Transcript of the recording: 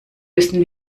müssen